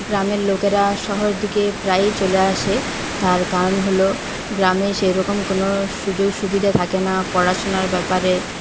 গ্রামের লোকেরা শহরের দিকে প্রায় চলে আসে তার কারণ হল গ্রামে সেরকম কোনো সুযোগ সুবিধা থাকে না পড়াশোনার ব্যাপারে